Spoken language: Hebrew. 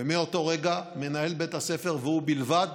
ומאותו רגע מנהל בית הספר והוא בלבד